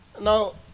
Now